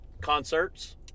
concerts